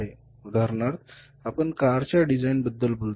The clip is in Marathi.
उदाहरणार्थ आपण कारच्या डिझायनिंगबद्दल बोलता